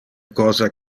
cosa